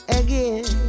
again